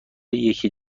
یکی